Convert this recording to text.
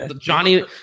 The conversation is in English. Johnny